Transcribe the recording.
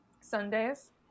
Sundays